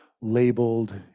labeled